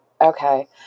Okay